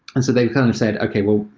and so they've kind of said, okay. well,